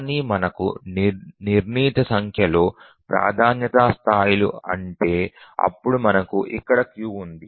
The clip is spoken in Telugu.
కాని మనకు నిర్ణీత సంఖ్యలో ప్రాధాన్యతా స్థాయిలు ఉంటే అప్పుడు మనకు ఇక్కడ క్యూ ఉంది